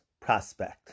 prospect